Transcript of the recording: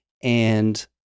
and-